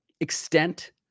extent